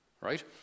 right